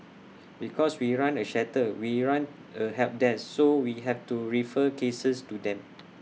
because we run A shelter we run A help desk so we have to refer cases to them